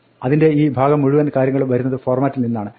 അതിന്റെ ഈ ഭാഗം മുഴുവൻ കാര്യങ്ങളും വരുന്നത് ഫോർമാറ്റിൽ നിന്നാണ്